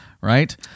right